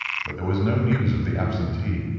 but there was no news of the absentee.